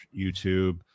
YouTube